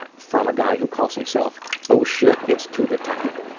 ah from a guy who calls himself oh shit, it's tuba time.